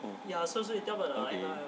okay